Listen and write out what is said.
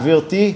גברתי,